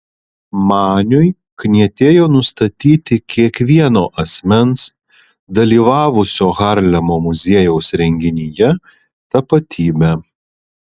maniui knietėjo nustatyti kiekvieno asmens dalyvavusio harlemo muziejaus renginyje tapatybę